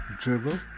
Dribble